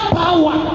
power